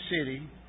city